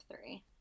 three